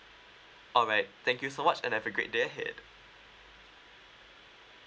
alright thank you so much and have a great day ahead